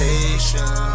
Patient